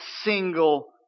single